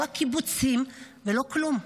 לא הקיבוצים ולא כלום,